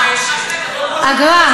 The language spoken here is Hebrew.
אגרה.